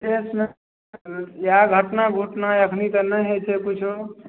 इहए घटना घटना अखन तऽ नहि होइ छै किछो